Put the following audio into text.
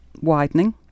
widening